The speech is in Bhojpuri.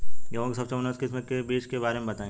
गेहूँ के सबसे उन्नत किस्म के बिज के बारे में बताई?